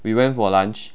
we went for lunch